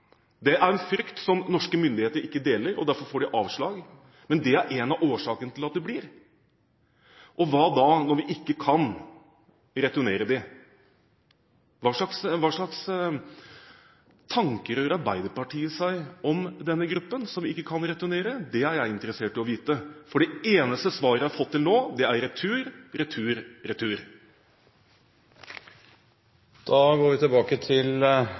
Det er en frykt som norske myndigheter ikke deler, og derfor får de avslag. Men det er en av årsakene til at de blir. Hva da når vi ikke kan returnere dem? Hva slags tanker gjør Arbeiderpartiet seg om denne gruppen som vi ikke kan returnere? Det er jeg interessert i å vite – for det eneste svaret jeg har fått til nå, er: retur, retur, retur.